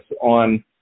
on